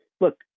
look